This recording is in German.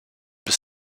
bis